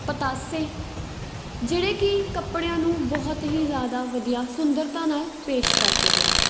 ਪਤਾਸੇ ਜਿਹੜੇ ਕਿ ਕੱਪੜਿਆਂ ਨੂੰ ਬਹੁਤ ਹੀ ਜ਼ਿਆਦਾ ਵਧੀਆ ਸੁੰਦਰਤਾ ਨਾਲ ਪੇਸ਼ ਕਰਦੇ ਹਨ